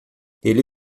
ele